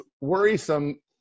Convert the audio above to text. worrisome